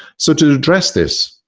so to address this,